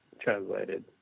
translated